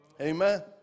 Amen